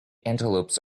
antelopes